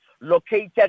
located